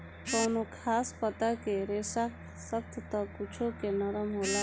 कवनो खास पता के रेसा सख्त त कुछो के नरम होला